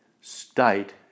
state